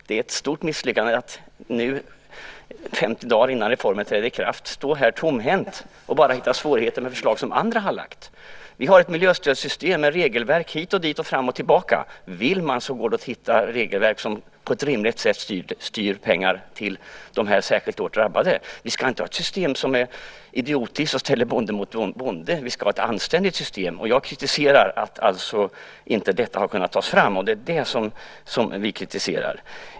Det är ett stort misslyckande att nu, 50 dagar innan reformen träder i kraft, stå här tomhänt och bara hitta svårigheter i förslag som andra har lagt fram. Vi har ett miljöstödssystem med regelverk hit och dit och fram och tillbaka. Vill man så går det att hitta regelverk som på ett rimligt sätt styr pengar till de särskilt hårt drabbade. Vi ska inte ha ett idiotiskt system som ställer bonde mot bonde. Vi ska ha ett anständigt system. Jag kritiserar alltså att man inte har kunnat ta fram ett sådant.